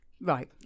right